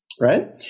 right